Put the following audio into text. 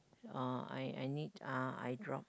uh I I need uh eye drop